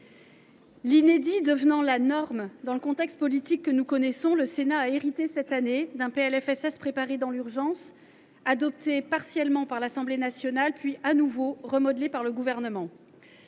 l’inédit devenant la norme dans le contexte politique que nous connaissons, le Sénat a hérité cette année d’un PLFSS préparé dans l’urgence, adopté partiellement par l’Assemblée nationale, puis de nouveau remodelé par le Gouvernement.